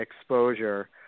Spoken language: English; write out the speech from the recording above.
exposure